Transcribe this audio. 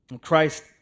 Christ